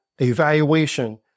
evaluation